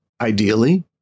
ideally